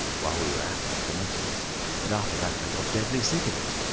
while we were at the phonetics but after that i got deadly sick of it.